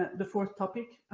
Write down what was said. the fourth topic,